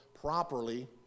properly